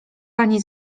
pani